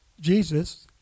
Jesus